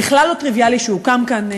בכלל לא טריוויאלי שהוא קם כאן,